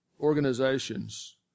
organizations